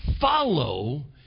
follow